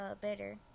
better